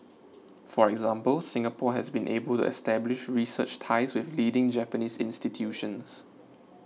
for example Singapore has been able to establish research ties with leading Japanese institutions